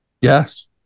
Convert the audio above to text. Yes